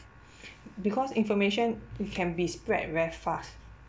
because information it can be spread very fast